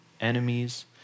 enemies